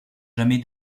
jamais